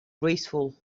graceful